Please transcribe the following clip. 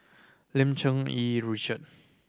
Lim Cherng Yih Richard